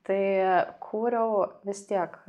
tai kūriau vis tiek